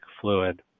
fluid